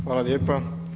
hvala lijepa.